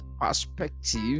perspective